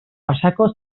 pasako